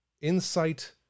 insight